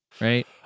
right